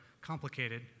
complicated